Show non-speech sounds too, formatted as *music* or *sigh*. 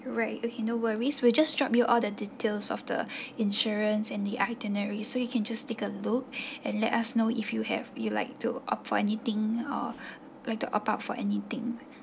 right okay no worries will just drop you all the details of the *breath* insurance and the itinerary so you can just take a look *breath* and let us know if you have you like to opt for anything or *breath* like to opt out for anything